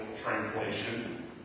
translation